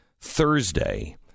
Thursday